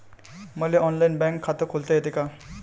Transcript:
मले online bank खात खोलता येते का?